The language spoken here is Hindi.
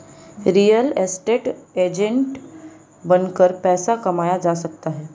रियल एस्टेट एजेंट बनकर पैसा कमाया जा सकता है